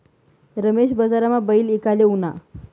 रमेश बजारमा बैल ईकाले ऊना